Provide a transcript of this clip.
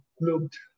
looked